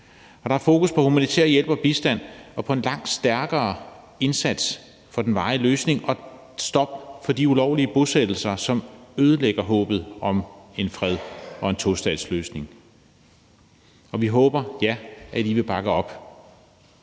Der er fokus på humanitær hjælp og bistand og på en langt stærkere indsats for den varige løsning og på et stop for de ulovlige bosættelser, som ødelægger håbet om en fred og en tostatsløsning. Vi håber, at I vil bakke op.